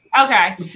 Okay